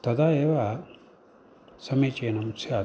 तदा एव समीचीनम् स्यात्